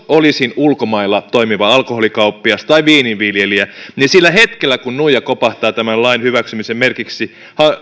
olisin ulkomailla toimiva alkoholikauppias tai viininviljelijä niin sillä hetkellä kun nuija kopahtaa tämän lain hyväksymisen merkiksi